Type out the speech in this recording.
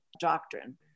doctrine